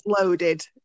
loaded